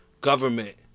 government